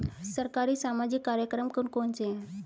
सरकारी सामाजिक कार्यक्रम कौन कौन से हैं?